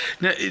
Now